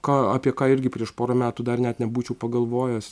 ką apie ką irgi prieš porą metų dar net nebūčiau pagalvojęs